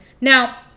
now